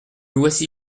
voici